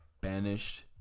banished